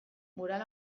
mural